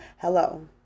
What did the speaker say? Hello